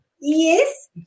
Yes